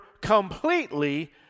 completely